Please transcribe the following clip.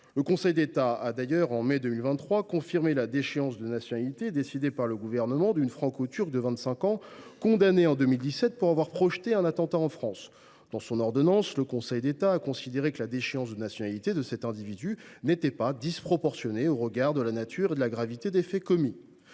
Le Conseil d’État a d’ailleurs, en mai 2023, confirmé la déchéance de nationalité décidée par le Gouvernement à l’encontre d’une Franco Turque de 25 ans, condamnée en 2017 pour avoir projeté un attentat en France. Dans son ordonnance, le Conseil d’État a considéré que la déchéance de nationalité de cet individu n’était pas « disproportionnée au regard de la nature et de la gravité des faits commis